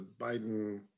Biden